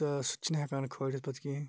تہٕ سُہ تہِ چھِ نہٕ ہیٚکان کھٲلِتھ پَتہٕ کِہیٖنۍ